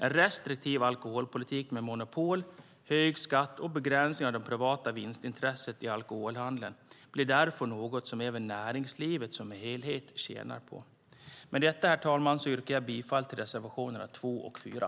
En restriktiv alkoholpolitik med monopol, hög skatt och begränsning av det privata vinstintresset i alkoholhandeln blir därför något som även näringslivet som helhet tjänar på. Med detta, herr talman, yrkar jag bifall till reservationerna 2 och 4.